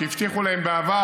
שהבטיחו להם בעבר,